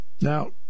now